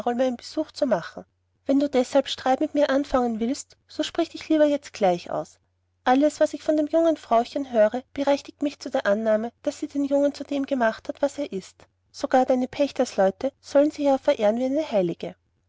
meinen besuch zu machen wenn du deshalb streit mit mir anfangen willst so sprich dich lieber jetzt gleich aus alles was ich von dem jungen frauchen höre berechtigt mich zu der annahme daß sie den jungen zu dem gemacht hat was er ist sogar deine pächtersleute sollen sie ja verehren wie eine heilige